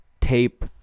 tape